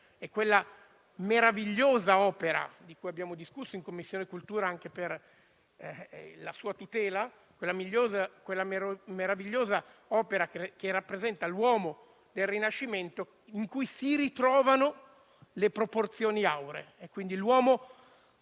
in quella meravigliosa opera, di cui abbiamo discusso in 7a Commissione anche per la sua tutela, che rappresenta l'uomo del Rinascimento, in cui si ritrovano le proporzioni auree.